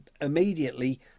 immediately